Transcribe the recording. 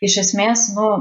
iš esmės nu